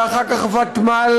ואחר כך ותמ"ל,